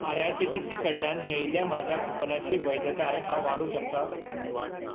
I R C T C कडल्यान मेळिल्ल्या म्हज्या कूपनाची वैधताय हांव वाडोवंक शकता